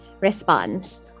response